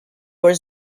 was